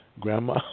grandma